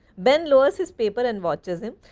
ben lowers his paper and watches him.